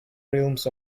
realms